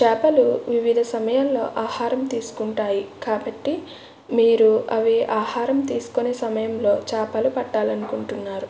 చాపలు వివిధ సమయంలో ఆహారం తీసుకుంటాయి కాబట్టి మీరు అవి ఆహారం తీసుకునే సమయంలో చాపలు పట్టాలనుకుంటున్నారు